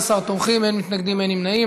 11 תומכים, אין מתנגדים, אין נמנעים.